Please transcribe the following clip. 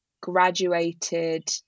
graduated